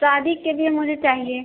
शादी के लिए मुझे चाहिए